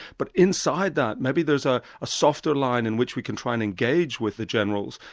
but inside that, maybe there's a ah softer line in which we can try and engage with the generals,